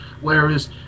Whereas